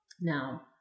Now